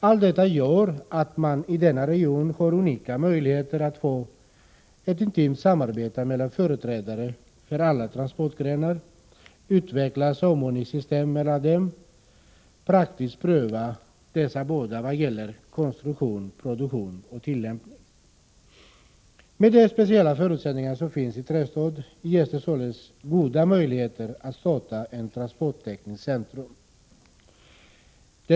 Allt detta gör att man i denna region har unika möjligheter att få ett intimt samarbete mellan företrädare för alla transportgrenar, utveckla samordningssystem mellan dem och praktiskt pröva dessa vad gäller konstruktion, produktion och tillämpning. Med de speciella förutsättningar som finns i trestadsområdet ges det således goda möjligheter att starta ett transporttekniskt centrum där.